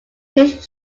his